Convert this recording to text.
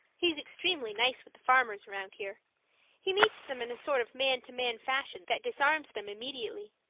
he's extremely nice with the farmers around here he meets them in a sort of man-to-man fashion that disarms them immediately.